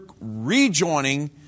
rejoining